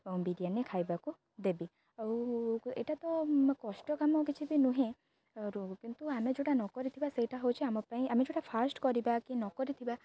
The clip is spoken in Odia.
ବିରିୟାନି ଖାଇବାକୁ ଦେବି ଆଉ ଏଇଟା ତ କଷ୍ଟ କାମ କିଛି ବି ନୁହେଁ କିନ୍ତୁ ଆମେ ଯେଉଁଟା ନ କରିଥିବା ସେଇଟା ହେଉଛି ଆମ ପାଇଁ ଆମେ ଯେଉଁଟା ଫାଷ୍ଟ୍ କରିବା କି ନ କରିଥିବା